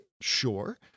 Sure